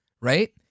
right